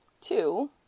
two